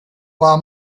war